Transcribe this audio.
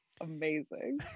Amazing